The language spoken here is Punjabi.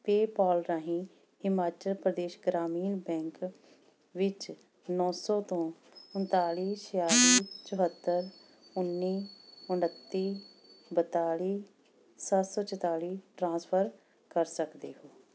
ਪੇਪੋਲ ਰਾਹੀਂ ਹਿਮਾਚਲ ਪ੍ਰਦੇਸ਼ ਗ੍ਰਾਮੀਣ ਬੈਂਕ ਵਿੱਚ ਨੌ ਸੌ ਤੋਂ ਉਨਤਾਲੀ ਛਿਆਲੀ ਚੁਹੱਤਰ ਉੱਨੀ ਉਨੱਤੀ ਬਿਆਲੀ ਸੱਤ ਸੌ ਚੁਤਾਲੀ ਟਰਾਂਸਫਰ ਕਰ ਸਕਦੇ ਹੋ